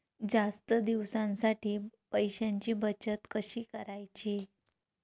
जास्त दिवसांसाठी पैशांची बचत कशी करायची?